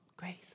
grace